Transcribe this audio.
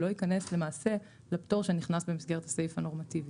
למעשה לא ייכנס לפטור שנכנס במסגרת הסעיף הנורמטיבי.